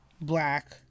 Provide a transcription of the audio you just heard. black